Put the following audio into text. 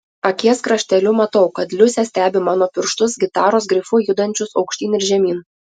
akies krašteliu matau kad liusė stebi mano pirštus gitaros grifu judančius aukštyn ir žemyn